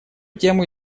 тему